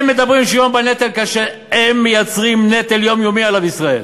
הם מדברים על שוויון בנטל כאשר הם מייצרים נטל יומיומי על עם ישראל.